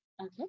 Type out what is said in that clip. okay